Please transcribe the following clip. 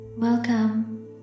Welcome